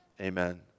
Amen